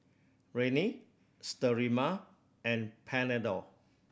Rene Sterimar and Panadol